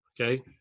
Okay